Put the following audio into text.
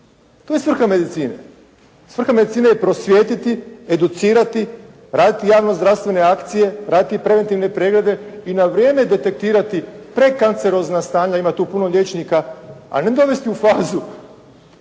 To je svrha medicine. Svrha medicine je prosvijetiti, educirati, raditi javnozdravstvene akcije, raditi preventivne preglede i na vrijeme detektirati predkancerozna stanja. Ima tu puno liječnika. A ne dovesti u fazu,